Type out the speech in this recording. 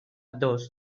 dos